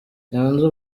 nyanza